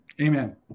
Amen